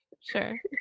sure